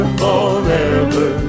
forever